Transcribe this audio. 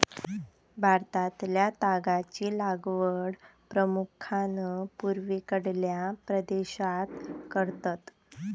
भारतातल्या तागाची लागवड प्रामुख्यान पूर्वेकडल्या प्रदेशात करतत